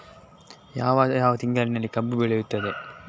ಯಾವ ಯಾವ ತಿಂಗಳಿನಲ್ಲಿ ಕಬ್ಬು ಬೆಳೆಯುತ್ತದೆ?